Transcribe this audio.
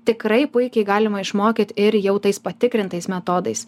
tikrai puikiai galima išmokyt ir jau tais patikrintais metodais